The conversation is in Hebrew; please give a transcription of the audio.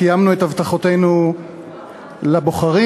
קיימנו את הבטחותינו לבוחרים.